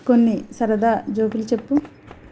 కొన్ని సరదా జోకులు చెప్పు